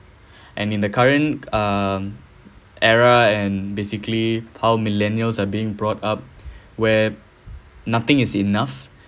and in the current um era and basically how millennials are being brought up where nothing is enough